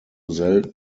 selten